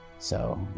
so,